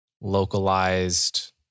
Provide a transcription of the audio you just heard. localized